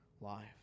life